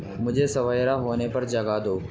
مجھے سویرا ہونے پر جگا دو